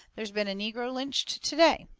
there's been a negro lynched to-day.